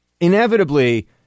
inevitably